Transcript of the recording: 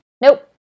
Nope